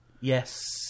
yes